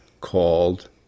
called